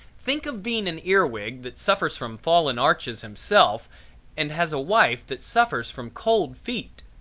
think of being an ear wig, that suffers from fallen arches himself and has a wife that suffers from cold feet!